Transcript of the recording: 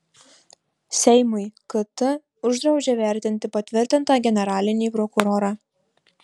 seimui kt uždraudžia vertinti patvirtintą generalinį prokurorą